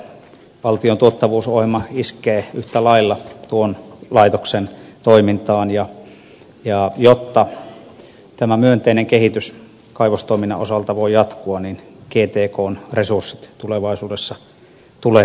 valtion tuottavuusohjelma iskee yhtä lailla tuon laitoksen toimintaan ja jotta tämä myönteinen kehitys kaivostoiminnan osalta voisi jatkua gtkn resurssit tulee tulevaisuudessa turvata